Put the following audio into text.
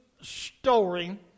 story